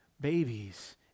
babies